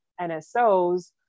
NSOs